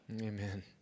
Amen